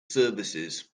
services